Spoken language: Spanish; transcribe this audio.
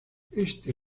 este